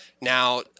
now